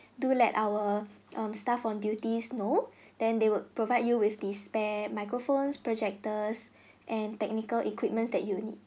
do let our um staff on duties know then they would provide you with the spare microphones projectors and technical equipments that you need